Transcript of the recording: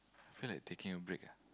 feel like taking a break ah